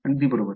अगदी बरोबर